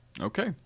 Okay